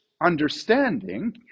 understanding